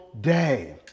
day